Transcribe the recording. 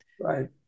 Right